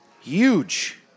huge